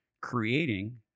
creating